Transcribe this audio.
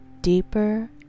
Deeper